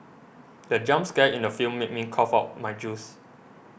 the jump scare in the film made me cough out my juice